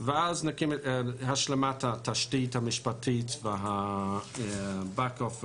ואז נקים את השלמת התשתית המשפטית ואת ה-back office,